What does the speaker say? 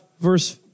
verse